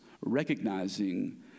recognizing